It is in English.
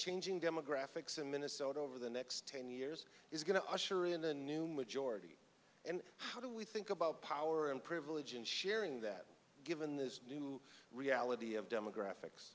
changing demographics in minnesota over the next ten years is going to usher in the new majority and how do we think about power and privilege and sharing that given this new reality of demographics